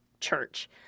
church